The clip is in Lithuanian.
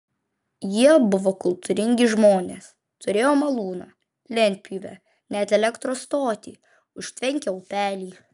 jie buvo kultūringi žmonės turėjo malūną lentpjūvę net elektros stotį užtvenkę upelį